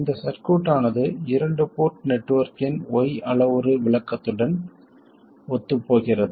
இந்தச் சர்க்யூட் ஆனது இரண்டு போர்ட் நெட்வொர்க்கின் y அளவுரு விளக்கத்துடன் ஒத்துப்போகிறது